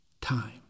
Time